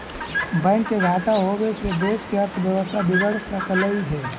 bank के घाटा होबे से देश के अर्थव्यवस्था बिगड़ सकलई हे